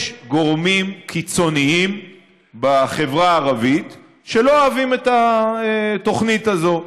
יש גורמים קיצוניים בחברה הערבית שלא אוהבים את התוכנית הזאת.